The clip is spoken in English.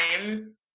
time